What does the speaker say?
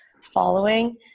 following